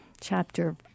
chapter